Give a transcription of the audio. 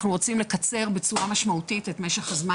אנחנו רוצים לקצר בצורה משמעותית את משך הזמן